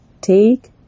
take